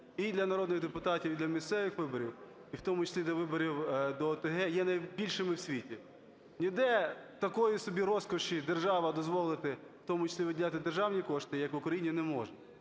і для народних депутатів, і для місцевих виборів, і в тому числі для виборів до ОТГ, є найбільшими у світі. Ніде такої собі розкоші держава дозволити, в тому числі виділяти державні кошти, як в Україні, не може.